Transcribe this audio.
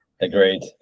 Agreed